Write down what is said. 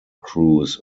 crews